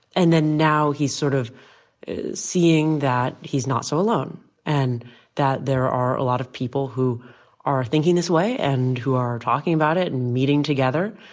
and then now he's sort of seeing that he's not so alone and that there are a lot of people who are thinking this way and who are talking about it and meeting together.